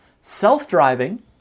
self-driving